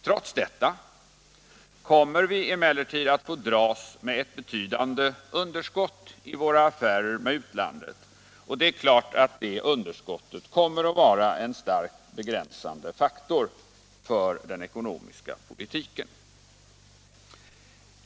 Trots detta kommer vi att få dras med ett betydande underskott i våra affärer med utlandet, och det är klart att det underskottet kommer att vara en starkt begränsande faktor för den ekonomiska politiken.